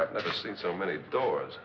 have never seen so many doors